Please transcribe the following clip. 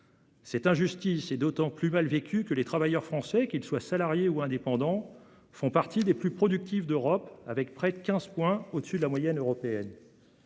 Cette injustice est d'autant plus mal perçue que les travailleurs français, qu'ils soient salariés ou indépendants, font partie des plus productifs d'Europe, près de quinze points au-dessus de la moyenne européenne.